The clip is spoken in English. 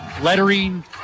lettering